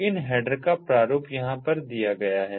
इन header का प्रारूप यहाँ पर दिया गया है